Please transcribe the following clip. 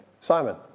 Simon